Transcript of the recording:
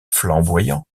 flamboyant